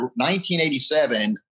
1987